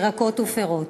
ירקות ופירות.